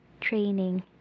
training